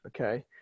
Okay